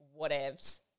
whatevs